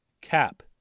cap